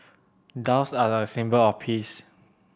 doves are a symbol of peace